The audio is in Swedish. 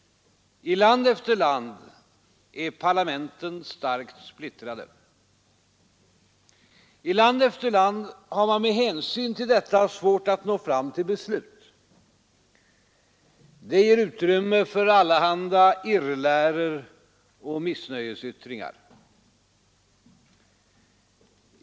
I land efter land är parlamenten starkt splittrade. I land efter land har man med hänsyn till detta svårt att nå fram till beslut. Det ger utrymme för allehanda irrläror och missnöjesyttringar.